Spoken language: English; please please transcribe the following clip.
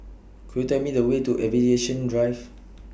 Could YOU Tell Me The Way to Aviation Drive